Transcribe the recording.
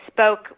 spoke